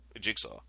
Jigsaw